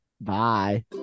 Bye